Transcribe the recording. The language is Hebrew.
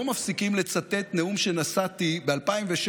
לא מפסיקים לצטט נאום שנשאתי ב-2016,